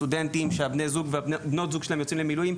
סטודנטים שבני הזוג או בנות הזוג שלהם יוצאים למילואים,